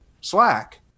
slack